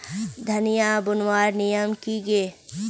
धनिया बूनवार नियम की गे?